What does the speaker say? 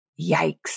Yikes